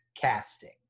casting